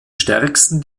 stärksten